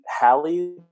Hallie